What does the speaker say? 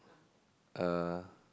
uh